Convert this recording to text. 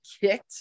kicked